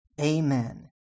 Amen